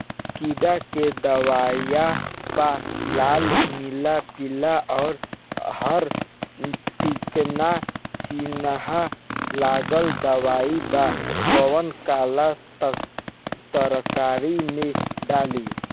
किड़वा के दवाईया प लाल नीला पीला और हर तिकोना चिनहा लगल दवाई बा कौन काला तरकारी मैं डाली?